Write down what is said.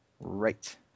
Right